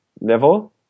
level